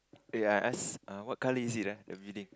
eh I ask err what colour is it ah the building